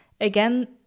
Again